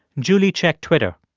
julie checked twitter.